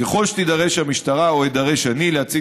ככל שתידרש המשטרה או אידרש אני להציג